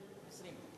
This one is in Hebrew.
לפני איזה 20 שנה.